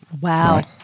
Wow